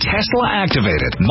Tesla-activated